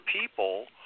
people